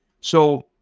So-